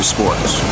Sports